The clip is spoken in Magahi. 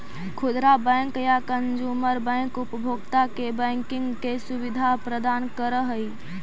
खुदरा बैंक या कंजूमर बैंक उपभोक्ता के बैंकिंग के सुविधा प्रदान करऽ हइ